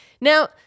Now